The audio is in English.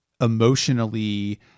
emotionally